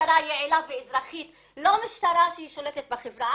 משטרה יעילה ואזרחית ולא משטרה ששולטת בחברה.